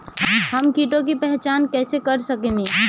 हम कीटों की पहचान कईसे कर सकेनी?